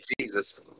Jesus